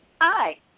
Hi